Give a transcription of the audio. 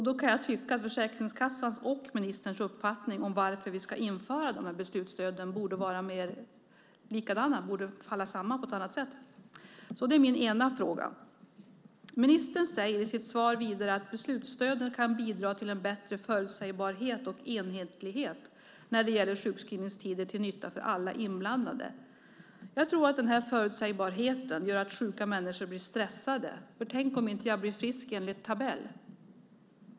Då kan jag tycka att Försäkringskassans och ministerns uppfattning om varför vi ska införa beslutsstöden borde sammanfalla på ett annat sätt. Det är min ena fråga. Ministern säger vidare i sitt svar att beslutsstöden kan bidra till en bättre förutsägbarhet och enhetlighet när det gäller sjukskrivningstider, till nytta för alla inblandade. Jag tror att förutsägbarheten gör att sjuka människor blir stressade. Tänk om man inte blir frisk enligt tabell!